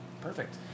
Perfect